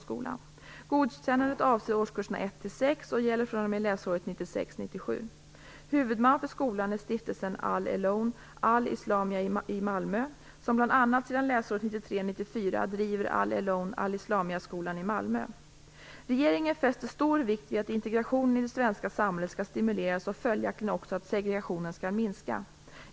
Skolverket har godkänt Al Elown Regeringen fäster stor vikt vid att integrationen i det svenska samhället skall stimuleras och följaktligen också att segregationen skall minska.